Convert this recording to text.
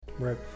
Right